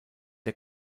der